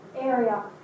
area